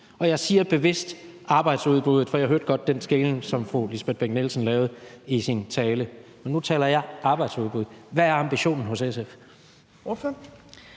Jeg siger bevidst arbejdsudbuddet, for jeg hørte godt den skelnen, som fru Lisbeth Bech-Nielsen lavede i sin tale, men nu taler jeg arbejdsudbud, og hvad er ambitionen her hos SF?